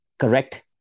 correct